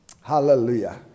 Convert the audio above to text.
Hallelujah